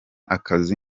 akazi